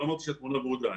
לא אמרתי שהתמונה ורודה.